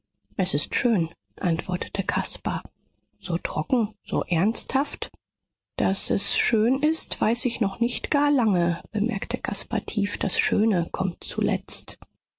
es ist schön antwortete caspar so trocken so ernsthaft daß es schön ist weiß ich noch nicht gar lange bemerkte caspar tief das schöne kommt zuletzt